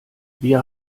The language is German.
wir